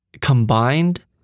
Combined